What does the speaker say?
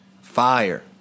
Fire